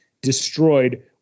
destroyed